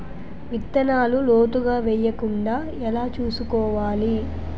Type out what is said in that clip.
విత్తనాలు లోతుగా వెయ్యకుండా ఎలా చూసుకోవాలి?